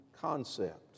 concept